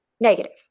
Negative